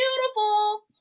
beautiful